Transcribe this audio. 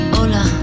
hola